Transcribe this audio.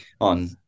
on